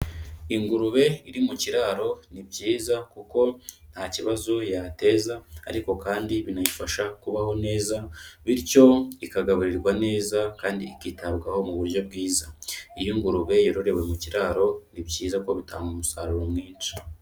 Ingurube iri mu kiraro, ni byiza kuko nta kibazo yateza ariko kandi binayifasha kubaho neza, bityo ikagaburirwa neza kandi ikitabwaho mu buryo bwiza. Iyo ingurube yororewe mu kiraro, ni byiza kuko bitanga umusaruro mwinshi.